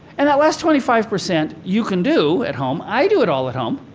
and that last twenty five percent, you can do at home. i do it all at home.